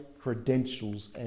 credentials